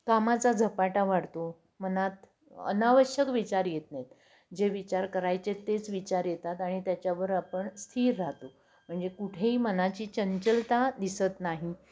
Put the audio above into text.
कामाचा झपाटा वाढतो मनात अनावश्यक विचार येत नाहीत जे विचार करायचे तेच विचार येतात आणि त्याच्यावर आपण स्थिर राहतो म्हणजे कुठेही मनाची चंचलता दिसत नाही